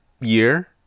year